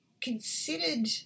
considered